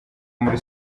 muri